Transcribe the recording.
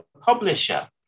publisher